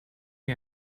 mir